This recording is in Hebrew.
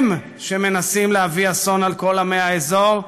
הם שמנסים להביא אסון על כל עמי האזור,